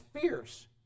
fierce